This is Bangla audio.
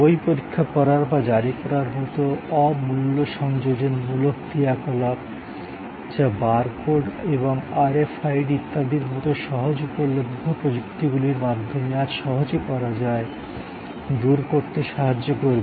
বই পরীক্ষা করার বা জারি করার মতো অমূল্যসংযোজনমূলক ক্রিয়াকলাপ যা বার কোড এবং আরএফআইডি ইত্যাদির মতো সহজে উপলভ্য প্রযুক্তিগুলির মাধ্যমে আজ সহজে করা যায় দূর করতে সাহায্য করবে